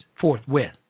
forthwith